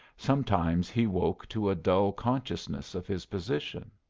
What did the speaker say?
sometimes he woke to a dull consciousness of his position.